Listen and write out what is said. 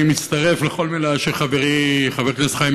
אני מצטרף לכל מילה שחברי חבר הכנסת חיים